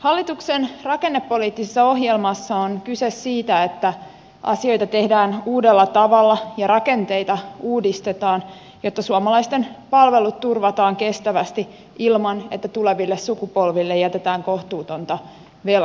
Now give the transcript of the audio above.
hallituksen rakennepoliittisessa ohjelmassa on kyse siitä että asioita tehdään uudella tavalla ja rakenteita uudistetaan jotta suomalaisten palvelut turvataan kestävästi ilman että tuleville sukupolville jätetään kohtuutonta velkataakkaa